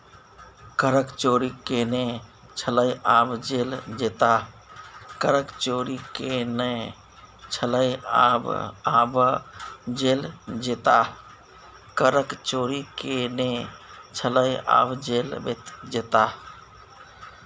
करक चोरि केने छलय आब जेल जेताह